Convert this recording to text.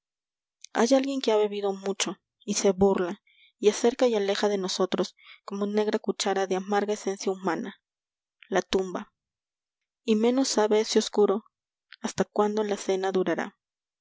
alguien que ha bebido mucho y se burla y acerca y aleja de nosotros como negra cuchara de amarga esencia humana la tumba y menos sabe ese oscuro hasta cuándo la cena durará